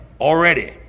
already